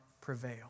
prevail